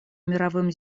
мировым